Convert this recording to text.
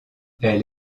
elle